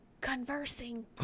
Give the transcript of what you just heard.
conversing